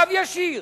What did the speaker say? קו ישיר